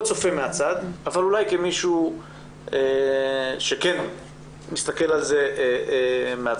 צופה מהצד אבל אולי כמישהו שכן מסתכל על זה מהצד,